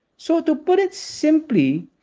so, to put it simply,